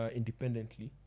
independently